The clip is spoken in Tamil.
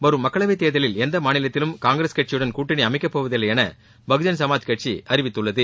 வரும் மக்களவைத் தேர்தலில் எந்த மாநிலத்திலும் காங்கிரஸ் கட்சியுடன் கூட்டணி அமைக்கப் போவதில்லை என பகுஜன் சமாஜ் கட்சி அறிவித்துள்ளது